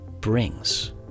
brings